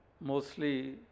mostly